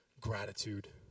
gratitude